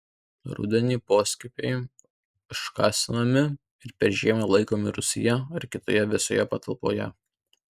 rudenį poskiepiai iškasami ir per žiemą laikomi rūsyje ar kitoje vėsioje patalpoje